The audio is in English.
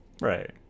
Right